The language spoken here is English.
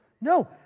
no